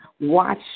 Watch